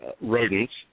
rodents